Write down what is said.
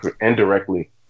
indirectly